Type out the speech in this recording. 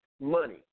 money